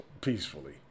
peacefully